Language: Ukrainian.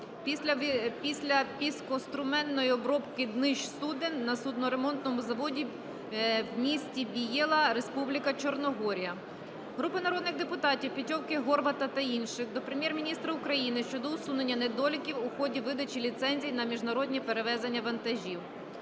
після піскоструменевої обробки днищ суден на судноремонтному заводі в місті Бієла, Республіка Чорногорія. Групи народних депутатів (Петьовки, Горвата та інших) до Прем'єр-міністра України щодо усунення недоліків у ході видачі ліцензій на міжнародні перевезення вантажів.